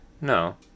No